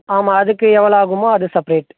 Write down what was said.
ஆமாம் அதுக்கு எவ்வளோ ஆகுமோ அது செப்ரேட்